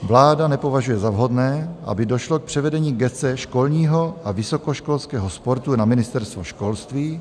Vláda nepovažuje za vhodné, aby došlo k převedení gesce školního a vysokoškolského sportu na Ministerstvo školství.